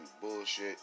bullshit